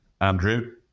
Andrew